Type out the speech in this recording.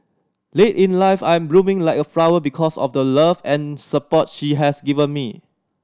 late in life I'm blooming like a flower because of the love and support she has given me